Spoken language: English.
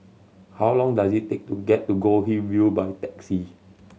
how long does it take to get to Goldhill View by taxi